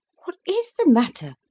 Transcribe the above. what is the matter?